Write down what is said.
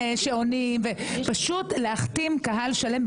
פשוט להכתים קהל שלם,